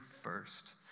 first